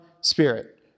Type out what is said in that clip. Spirit